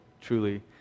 truly